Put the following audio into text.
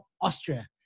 Austria